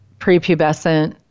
prepubescent